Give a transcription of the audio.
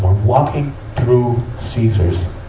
walking through caesar's,